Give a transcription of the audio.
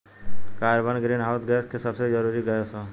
carbon greenhouse gas के सबसे जरूरी गैस ह